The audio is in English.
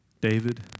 David